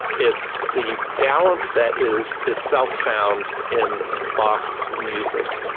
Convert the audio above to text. it's the balance that is itself found in bach's music.